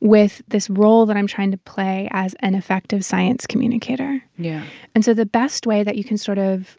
with this role that i'm trying to play as an effective science communicator yeah and so the best way that you can sort of